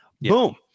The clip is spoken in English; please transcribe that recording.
Boom